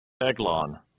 Eglon